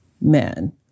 men